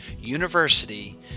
University